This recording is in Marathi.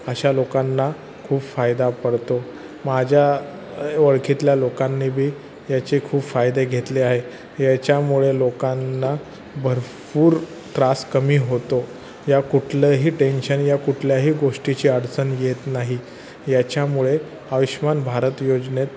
अशा लोकांना खूप फायदा पडतो माझ्या ओळखीतल्या लोकांनी बी याचे खूप फायदे घेतले आहे याच्यामुळे लोकांना भरपूर त्रास कमी होतो या कुठलंही टेन्शन या कुठल्याही गोष्टीची अडचण येत नाही याच्यामुळे आयुष्यमान भारत योजनेत